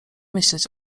myśleć